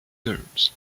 girls